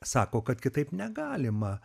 sako kad kitaip negalima